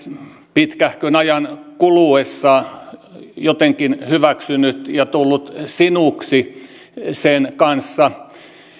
pitkähkön ajan kuluessa jotenkin hyväksynyt ja tullut sinuksi sen kanssa